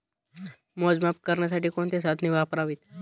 मोजमाप करण्यासाठी कोणती साधने वापरावीत?